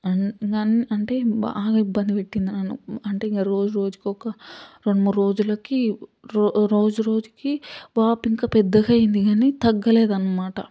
నన్ను అంటే బాగా ఇబ్బంది పెట్టింది నన్ను అంటే ఇంకా రోజురోజుకి ఒక రెండు మూడు రోజులకి రోజురోజుకి వాపు ఇంకా పెద్దగా అయింది కానీ తగ్గలేదు అనమాట